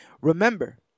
remember